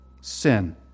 sin